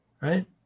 Right